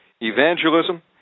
Evangelism